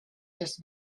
this